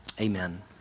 amen